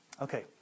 Okay